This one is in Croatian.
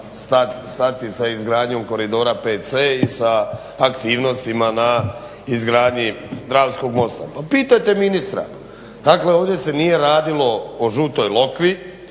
stati sa izgradnjom koridora 5C i sa aktivnostima na izgradnji Dravskog mosta. Pa pitajte ministra. Dakle ovdje se nije radilo o Žutoj Lokvi